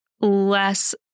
less